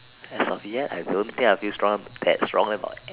as of yet I don't think I feel strong that strong about it an